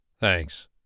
Thanks